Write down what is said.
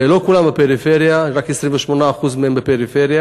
ולא כולם בפריפריה, רק 28% מהם בפריפריה,